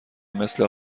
مثل